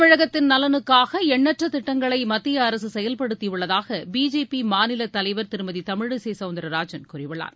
தமிழகத்தின் நலனுக்காக எண்ணற்ற திட்டங்களை மத்திய அரசு செயல்படுத்தி உள்ளதாக பிஜேபி மாநிலத் தலைவர் திருமதி தமிழிசை சவுந்தரராஜன் கூறியுள்ளார்